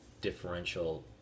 differential